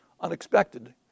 unexpected